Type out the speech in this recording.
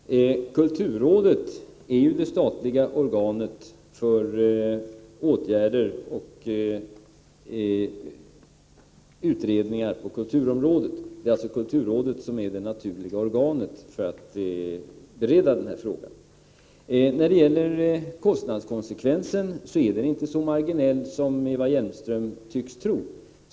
Herr talman! Kulturrådet är ju det statliga organet för åtgärder och utredningar på kulturområdet. Det är alltså kulturrådet som är det naturliga organet för att bereda den här frågan. Kostnadskonsekvensen är inte så marginell som Eva Hjelmström tycks tro.